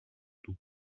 του